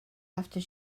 after